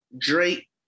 Drake